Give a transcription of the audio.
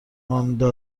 صحبت